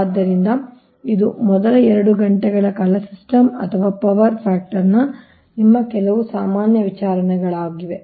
ಆದ್ದರಿಂದ ಇದು ಮೊದಲ ಎರಡು ಘಂಟೆಗಳ ಕಾಲ ಸಿಸ್ಟಮ್ ಅಥವಾ ಪವರ್ ಫ್ಯಾಕ್ಟರ್ನ ನಿಮ್ಮ ಕೆಲವು ಸಾಮಾನ್ಯ ವಿಚಾರಗಳಿವೆ